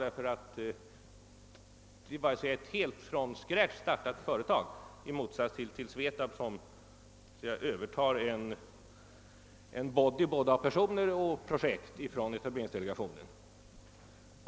Det var ett helt från scratch startat företag, i motsats till SVETAB som övertar en »body» av både personer och projekt från etableringsdelegationen.